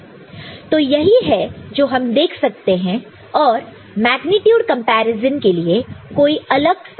तो यही है जो हम देख सकते हैं और मेग्नीट्यूड कंपैरिजन के लिए कोई अलग सा इनपुट नहीं है